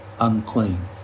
unclean